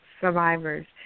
survivors